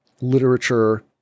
literature